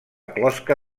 closca